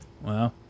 Wow